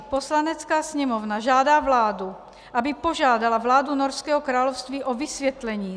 Poslanecká sněmovna žádá vládu, aby požádala vládu Norského království o vysvětlení